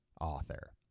author